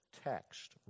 Text